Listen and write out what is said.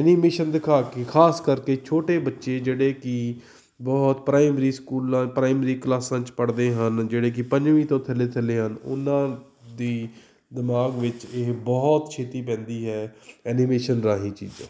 animation ਦਿਖਾ ਕੇ ਖਾਸ ਕਰਕੇ ਛੋਟੇ ਬੱਚੇ ਜਿਹੜੇ ਕਿ ਬਹੁਤ ਪ੍ਰਾਈਮਰੀ ਸਕੂਲਾਂ ਪ੍ਰਾਈਮਰੀ ਕਲਾਸਾਂ 'ਚ ਪੜ੍ਹਦੇ ਹਨ ਜਿਹੜੇ ਕਿ ਪੰਜਵੀਂ ਤੋਂ ਥੱਲੇ ਥੱਲੇ ਹਨ ਉਹਨਾਂ ਦੀ ਦਿਮਾਗ ਵਿੱਚ ਇਹ ਬਹੁਤ ਛੇਤੀ ਪੈਂਦੀ ਹੈ ਐਨੀਮੇਸ਼ਨ ਰਾਹੀਂ ਚੀਜ਼ਾਂ